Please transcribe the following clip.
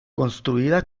construida